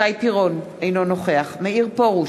אינו נוכח מאיר פרוש,